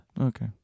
okay